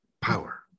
power